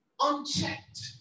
unchecked